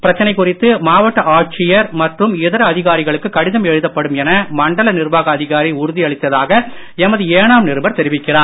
பிரச்சனை குறித்து மாவட்ட ஆட்சியர் மற்றும் இதர அதிகாரிகளுக்கு கடிதம் எழுதப்படும் என மண்டல நிர்வாக அதிகாரி உறுதியளித்ததாக எமது ஏனாம் நிருபர் தெரிவிக்கிறார்